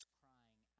crying